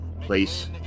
place